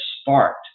sparked